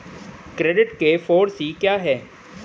Credit के four C क्या हैं?